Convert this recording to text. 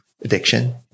addiction